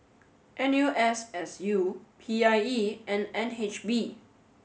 N U S S U P I E and N H B